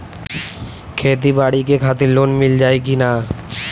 खेती बाडी के खातिर लोन मिल जाई किना?